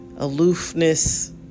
aloofness